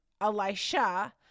Elisha